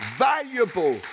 Valuable